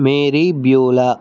Mary Beulah